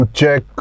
check